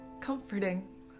comforting